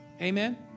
Amen